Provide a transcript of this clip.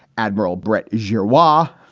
admiral brett jiwa.